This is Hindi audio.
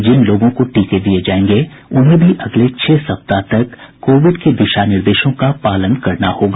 जिन लोगों को टीके दिये जायेंगे उन्हें भी अगले छह सप्ताह तक कोविड के दिशा निर्देशों का पालन करना होगा